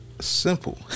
simple